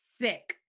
sick